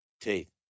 teeth